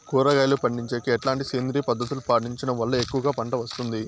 కూరగాయలు పండించేకి ఎట్లాంటి సేంద్రియ పద్ధతులు పాటించడం వల్ల ఎక్కువగా పంట వస్తుంది?